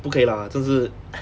不可以 lah 真的是